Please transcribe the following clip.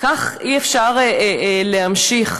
כך אי-אפשר להמשיך,